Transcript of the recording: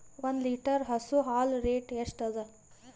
ಒಂದ್ ಲೀಟರ್ ಹಸು ಹಾಲ್ ರೇಟ್ ಎಷ್ಟ ಅದ?